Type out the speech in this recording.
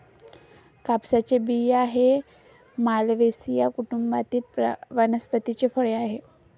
कापसाचे बिया हे मालवेसी कुटुंबातील वनस्पतीचे फळ आहे